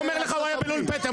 הוא אומר לך שהוא היה בלול פטם.